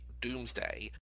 Doomsday